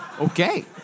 Okay